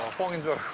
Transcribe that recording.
going through a